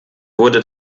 wurde